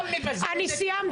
אני לא